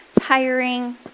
tiring